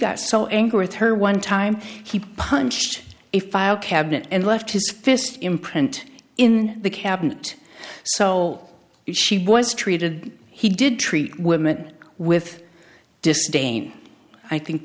got so angry with her one time he punched a file cabinet and left his fist imprint in the cabinet so she was treated he did treat women with disdain i think